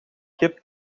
kip